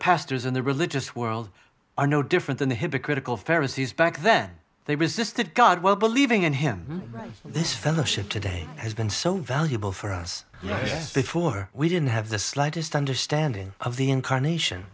pastors in the religious world are no different than the hypocritical ferris's back then they resisted god while believing in him this fellowship today has been so valuable for us before we didn't have the slightest understanding of the incarnation